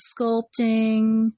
sculpting